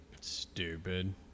stupid